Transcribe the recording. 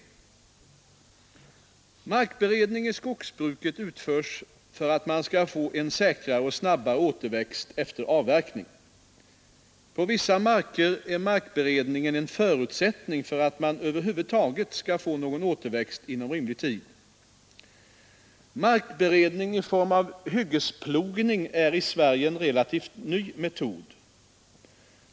Markberedning i skogsbruket utförs för att man skall få en säkrare och snabbare återväxt efter avverkning. På vissa marker är markberedningen en förutsättning för att man över huvud taget skall få någon återväxt inom rimlig tid. Markberedning i form av hyggesplogning är i Sverige en relativt ny metod.